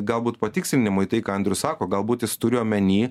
galbūt patikslinimui tai ką andrius sako galbūt jis turi omeny